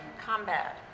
combat